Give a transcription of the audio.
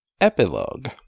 Epilogue